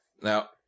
Now